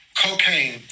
Cocaine